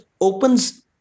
opens